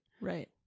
Right